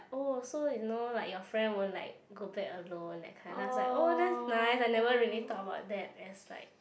oh so you know like your friend won't like go back alone that kind lah it's like oh that's nice I never really though about that and it's like